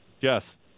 Jess